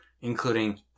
including